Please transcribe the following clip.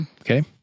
Okay